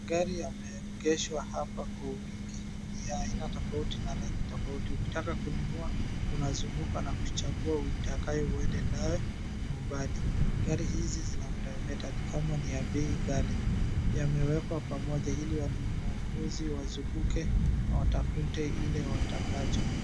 Gari yameegeshwa hapa kwa wingi, ni ya aina tofauti na rangi tofauti. Ukitaka kununua unazunguka na kuchagua uitakae uende nayo nyumbani. Gari hizi zinameremeta ni kama ni bei ghali. Yamewekwa pamoja ili wanunuzi wazunguke na watafute ile watakacho.